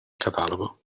catalogo